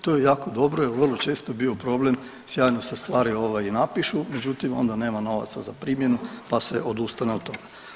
To je jako dobro, jer vrlo često je bio problem sjajno se stvari napišu međutim onda nema novaca za primjenu, pa se odustane od toga.